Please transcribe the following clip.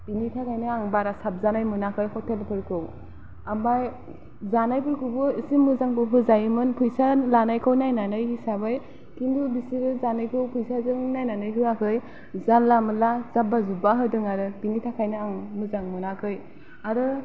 बिनिथाखायनो आं बारा साबजानाय मोनाखै हटेलफोरखौ ओमफाय जानायफोरखौबो एसे मोजांबो होजायोमोन फैसा लानायखौ नायनानै हिसाबै खिन्थु बिसोरो जानायखौ फैसाजों नायनानै होआखै जानला मोनला जाब्बा जुब्बा होदों आरो बिनि थाखायनो आं मोजां मोनाखै आरो